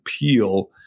appeal